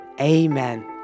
Amen